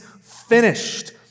finished